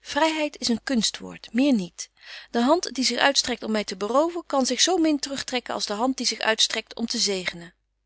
vryheid is een kunstwoord meer niet de hand die zich uitstrekt om my te beroven kan zich zo min terug trekken als de hand die zich uitstrekt om te zegenen